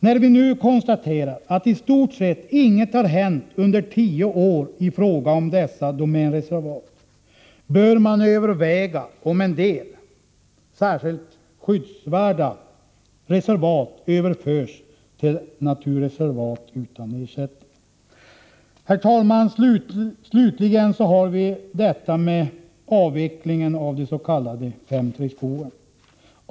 När vi nu konstaterar att i stort sett inget har hänt under tio år i fråga om dessa domänreservat, bör man överväga om en del särskilt skyddsvärda reservat skall överföras till naturreservat utan ersättning. Herr talman! Slutligen skall jag beröra avvecklingen av de s.k. 5:3 skogarna.